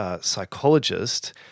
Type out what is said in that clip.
psychologist